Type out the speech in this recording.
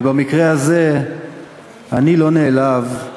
ובמקרה הזה אני לא נעלב.